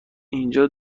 اینجا